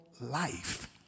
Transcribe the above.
life